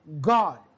God